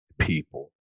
people